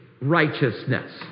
righteousness